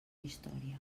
història